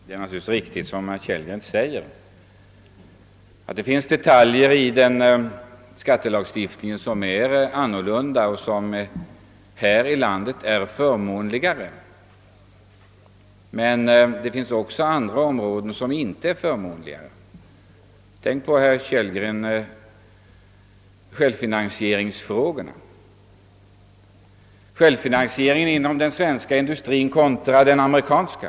Herr talman! Det är alldeles riktigt, herr Kellgren, att det finns detaljer i skattelagstiftningen här i landet som är annorlunda och förmånligare än i Amerika. Men på andra områden är förhållandena inte förmånligare. Tänk, herr Kellgren, på självfinansieringsfrågan, Ssjälvfinanseringen inom =:den svenska industrin kontra den amerikanska.